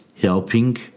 helping